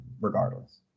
regardless